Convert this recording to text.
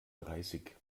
dreißig